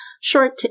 short